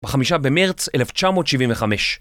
בחמישה במרץ 1975